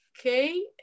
Okay